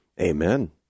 Amen